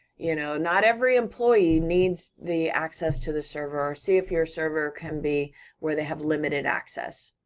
you know, not every employee needs the access to the server, or see if your server can be where they have limited access.